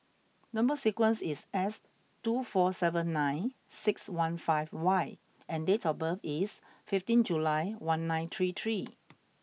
number sequence is S two four seven nine six one five Y and date of birth is fifteen July one nine three three